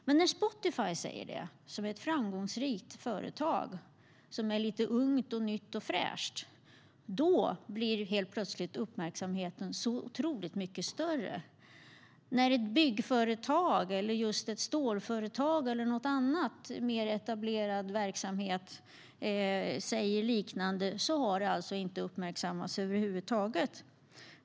Men när Spotify, ett framgångsrikt företag som är ungt och nytt och fräscht, säger det blir uppmärksamheten plötsligt otroligt mycket större. När ett byggföretag, ett stålföretag eller någon annan mer etablerad verksamhet sagt något liknande har det inte uppmärksammats över huvud taget.